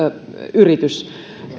yritys